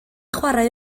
chwarae